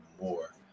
more